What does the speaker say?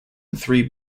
three